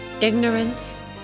ignorance